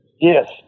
yes